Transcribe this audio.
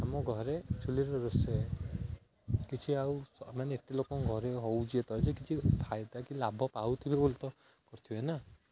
ଆମ ଘରେ ଚୂଲିରେ ରୋଷେଇ କିଛି ଆଉ ମାନେ ଏତେ ଲୋକଙ୍କ ଘରେ ହେଉଛି ତ ଯେ କିଛି ଫାଇଦା କି ଲାଭ ପାଉଥିବେ ବୋଲି ତ କରୁଥିବେ ନା